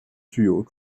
具有